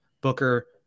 Booker